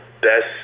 best